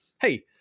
hey